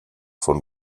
von